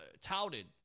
touted